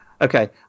Okay